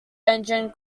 engine